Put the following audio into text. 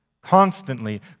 constantly